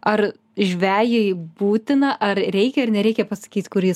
ar žvejui būtina ar reikia ar nereikia pasakyt kur jis